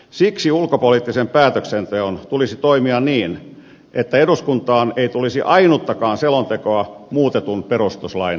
siksi ulkopoliittisen päätöksenteon tulisi toimia niin että eduskuntaan ei tulisi ainuttakaan selontekoa muutetun perustuslain nojalla